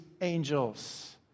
angels